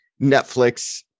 Netflix